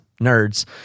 nerds